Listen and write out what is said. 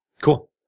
Cool